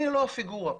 אני לא הפיגורה כאן.